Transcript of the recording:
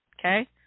okay